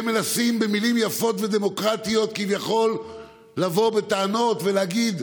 הם מנסים במילים יפות ודמוקרטיות כביכול לבוא בטענות ולהגיד,